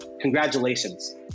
congratulations